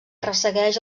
ressegueix